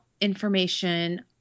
information